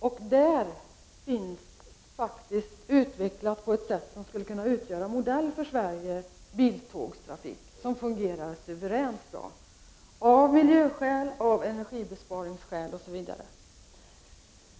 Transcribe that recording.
Där finns faktiskt ett system utvecklat, som skulle kunna utgöra modell för Sveriges biltågssystem och som fungerar suveränt bra från miljösynpunkt, energisparsynpunkt osv.